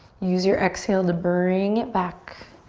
use your exhale to bring it back.